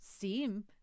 seem